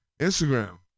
instagram